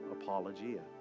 apologia